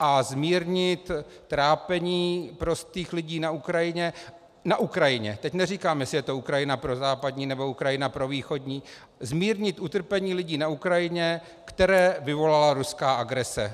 a zmírnit trápení prostých lidí na Ukrajině teď neříkám, jestli je to Ukrajina prozápadní, nebo Ukrajina provýchodní zmírnit utrpení lidí na Ukrajině, které vyvolala ruská agrese.